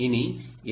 இனி எல்